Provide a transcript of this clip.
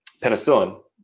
penicillin